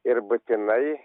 ir būtinai